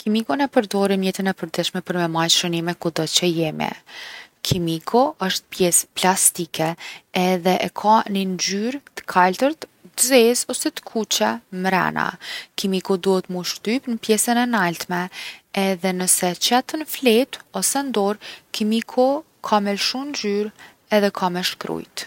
Kimikun e përdorim n’jetën e përditshme për me majt shënime kudo që jemi. Kimiku osht pjesë plastike edhe e ka ni ngjyrë t’kaltërt, t’zezë, ose t’kuqe mrena. Kimiku duhet m’u shtyp n’pjesën e naltme edhe nëse qet n’fletë ose n’dorë kimiku ka me lshu ngjyrë edhe ka me shkrujt.